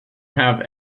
have